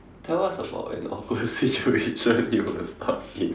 tell us about an awkward situation you were stuck in